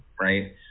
right